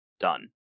Done